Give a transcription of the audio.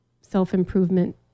self-improvement